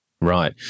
Right